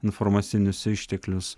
informacinius išteklius